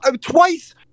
Twice